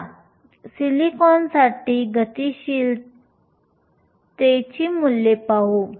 चला सिलिकॉनसाठी गतिशीलता मूल्ये पाहू